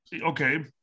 okay